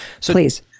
Please